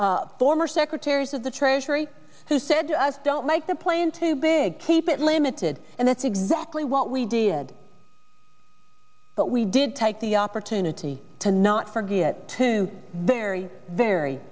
former secretaries of the treasury who said to us don't make the plane too big keep it limited and that's exactly what we did but we did take the opportunity to not forget to very very